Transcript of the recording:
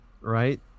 Right